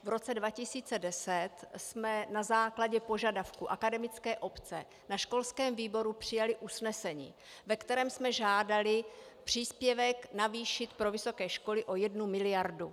V roce 2010 jsme na základě požadavku akademické obce na školském výboru přijali usnesení, ve kterém jsme žádali příspěvek navýšit pro vysoké školy o 1 mld.